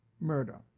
murder